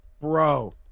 bro